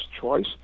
choice